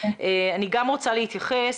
אני גם רוצה להתייחס,